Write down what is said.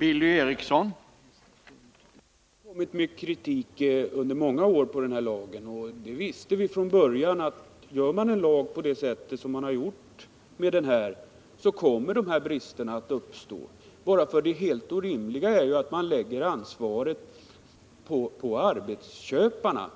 Herr talman! Vi har under många år kommit med kritik mot den här lagen. Vi visste från början att utformar man en lag på det sätt som man har gjort i det här fallet kommer sådana här brister att uppstå. Det helt orimliga är ju att man lägger ansvaret på arbetsköparna,